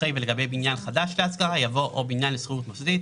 אחרי "ולגבי בניין להשכרה" יבוא "או בניין לשכירות מוסדית".